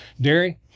Dairy